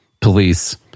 police